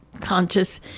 conscious